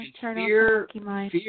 Fear